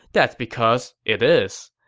that's because it is.